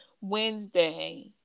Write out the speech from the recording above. Wednesday